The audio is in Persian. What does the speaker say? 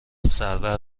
سرور